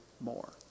more